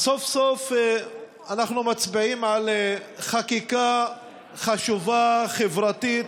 סוף-סוף אנחנו מצביעים על חקיקה חשובה, חברתית,